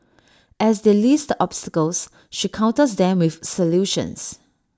as they list obstacles she counters them with solutions